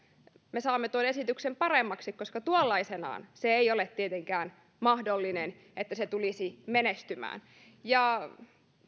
me saamme tuon esityksen paremmaksi koska tuollaisenaan ei ole tietenkään mahdollista että se tulisi menestymään